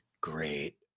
great